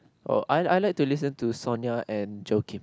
oh I I like to listen to Sonia and Joakim